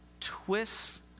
twists